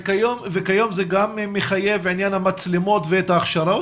וכיום זה גם מחייב את עניין המצלמות וההכשרות?